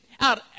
out